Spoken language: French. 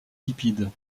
lipides